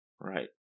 Right